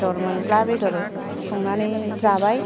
बेदर मोनब्ला बेदर संनानै जाबाय